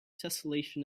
tesselation